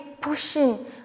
pushing